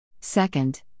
Second